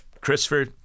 Christopher